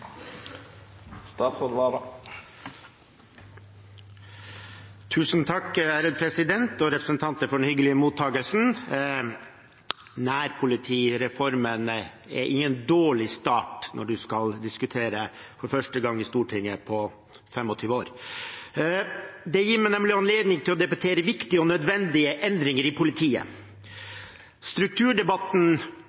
statsråd Tor Mikkel Vara velkomen på talarstolen! Tusen takk, ærede president og representanter, for den hyggelige mottakelsen. Nærpolitireformen er ingen dårlig start når man skal diskutere i Stortinget for første gang på 25 år. Det gir meg nemlig anledning til å debattere viktige og nødvendige endringer i politiet.